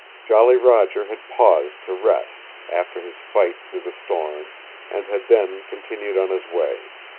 jolly roger had paused to rest after his fight through the storm and had then continued on his way.